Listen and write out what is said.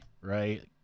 right